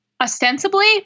Ostensibly